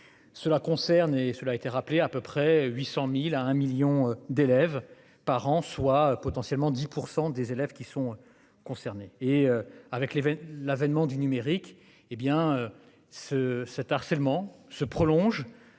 Cela concerne et cela a été rappelé à peu près 800.000 à 1 million d'élèves par an, soit potentiellement 10% des élèves qui sont concernés et avec les 20. L'avènement du numérique, hé bien ce cet harcèlement se prolonge